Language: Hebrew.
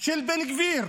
של בן גביר.